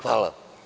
Hvala.